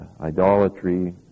idolatry